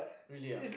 really ah